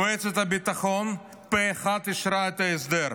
מועצת הביטחון פה אחד אישרה את ההסדר,